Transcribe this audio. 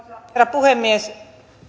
puhemies